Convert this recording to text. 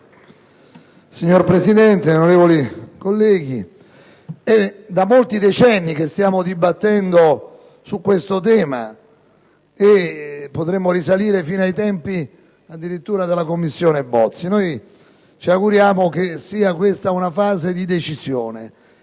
Signora Presidente, onorevoli colleghi, è da molti decenni che stiamo dibattendo su questo tema, e potremmo risalire addirittura fino ai tempi della Commissione Bozzi. Ci auguriamo che questa sia una fase di decisione.